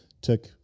took